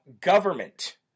government